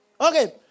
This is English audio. Okay